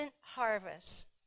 harvest